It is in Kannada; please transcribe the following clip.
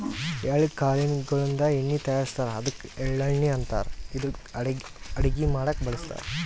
ಎಳ್ಳ ಕಾಳ್ ಗೋಳಿನ್ದ ಎಣ್ಣಿ ತಯಾರಿಸ್ತಾರ್ ಅದ್ಕ ಎಳ್ಳಣ್ಣಿ ಅಂತಾರ್ ಇದು ಅಡಗಿ ಮಾಡಕ್ಕ್ ಬಳಸ್ತಾರ್